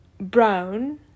brown